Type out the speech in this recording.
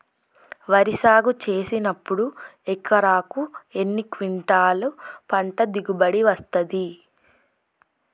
వరి సాగు చేసినప్పుడు ఎకరాకు ఎన్ని క్వింటాలు పంట దిగుబడి వస్తది?